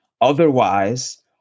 Otherwise